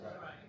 right